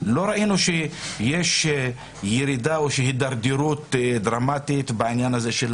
לא ראינו שיש ירידה או הידרדרות דרמטית בעניין הזה של